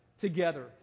together